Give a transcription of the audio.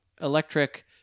electric